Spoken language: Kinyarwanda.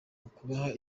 ukubaha